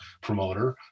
promoter